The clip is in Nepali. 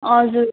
हजुर